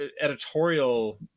editorial